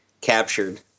captured